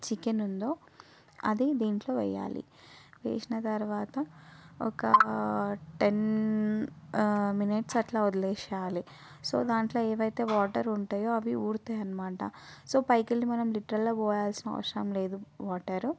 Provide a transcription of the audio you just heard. chicken ఉందో అది దీంట్లో వెయ్యాలి ఏషిన తరువాత ఒక టెన్ మినిట్స్ అట్లా వదిలేషెయాలి సో దాంట్లో ఏవైతే వాటర్ ఉంటయో అవి ఊరుతాయనమాట సో పైకి వెళ్ళి మనం లిట్రల్గా పోయాల్సిన అవసరం లేదు వాటర్